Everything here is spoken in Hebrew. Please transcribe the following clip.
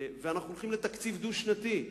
ואנחנו הולכים לתקציב דו-שנתי,